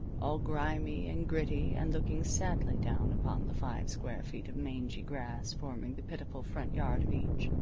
all grimy and gritty and looking sadly down upon the five square feet of mangy grass forming the pitiful front yard of each.